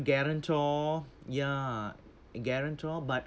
guarantor ya guarantor but